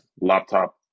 laptop